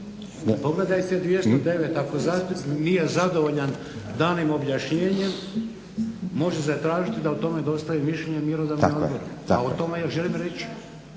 pogledajte 209., ako zastupnik nije zadovoljan danim objašnjenjem može zatražiti da o tome dostavi mišljenje mjerodavni odbor. **Stazić, Nenad (SDP)**